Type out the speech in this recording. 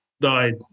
died